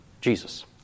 Jesus